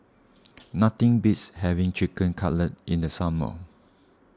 nothing beats having Chicken Cutlet in the summer